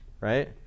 Right